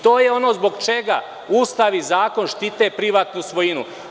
To je ono zbog čega Ustav i zakon štite privatnu svojinu.